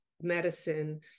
medicine